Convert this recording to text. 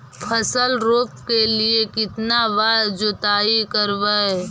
फसल रोप के लिय कितना बार जोतई करबय?